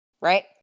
right